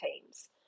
teams